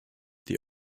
die